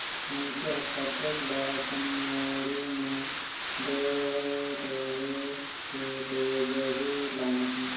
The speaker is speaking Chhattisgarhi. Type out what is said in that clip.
मइनसे हर कतेक ल अपन मुड़ी में डोएह डोएह के लेजही लानही